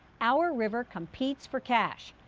our river competes for cash.